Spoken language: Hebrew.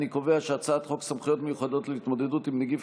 אני קובע שהצעת חוק סמכויות מיוחדות להתמודדות עם נגיף